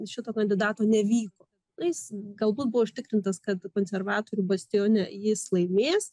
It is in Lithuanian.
šito kandidato nevyko jis galbūt buvo užtikrintas kad konservatorių bastione jis laimės